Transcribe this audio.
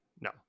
No